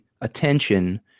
attention